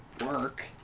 work